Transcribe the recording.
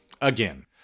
Again